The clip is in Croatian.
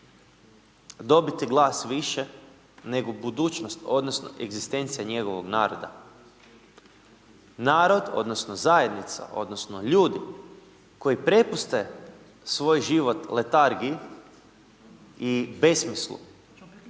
dobiti glas više nego budućnost odnosno egzistencija njegovog naroda. Narod odnosno zajednica odnosno ljudi koji prepuste svoj život letargiji i besmislu,